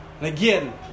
Again